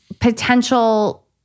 potential